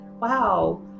wow